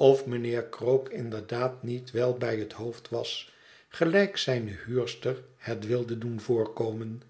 of mijnheer krook inderdaad niet wel bij het hoofd was gelijk zijne huurster het wilde doen voorkomen